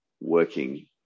working